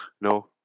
no